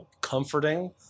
comforting